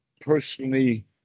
personally